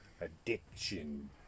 Addiction